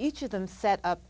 each of them set up